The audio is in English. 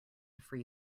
free